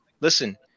listen